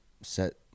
Set